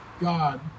God